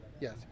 yes